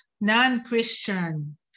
non-Christian